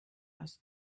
aus